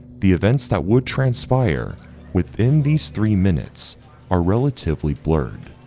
the events that would transpire within these three minutes are relatively blurred,